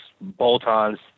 bolt-ons